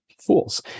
fools